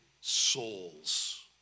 souls